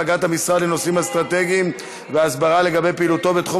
(החרגת המשרד לנושאים אסטרטגיים והסברה לגבי פעילותו בתחום